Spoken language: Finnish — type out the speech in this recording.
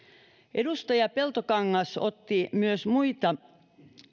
edustaja peltokangas otti esille myös muita